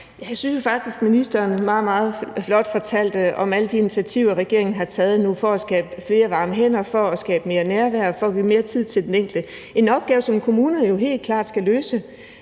Jeg synes jo faktisk, at ministeren meget, meget flot fortalte om alle de initiativer, regeringen har taget nu for at skabe flere varme hænder, for at skabe mere nærvær og for at give mere tid til den enkelte; en opgave, som kommunerne jo helt klart skal løse.